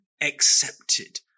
accepted